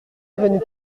venait